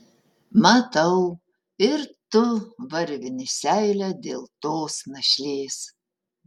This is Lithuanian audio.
matau ir tu varvini seilę dėl tos našlės